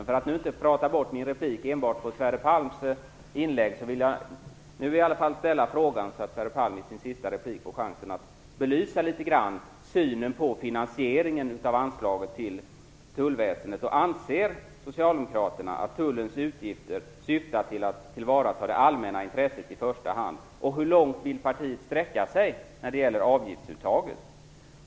För att nu inte prata bort min replik enbart på Sverre Palms inlägg, vill jag ställa några frågor så att han i sin sista replik till mig får chansen att belysa litet grand synen på finansieringen av anslaget till tullväsendet. Anser Socialdemokraterna att tullens utgifter syftar till att tillvarata det allmänna intresset i första hand? Hur långt vill partiet sträcka sig när det gäller avgiftsuttaget?